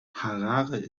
harare